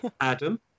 Adam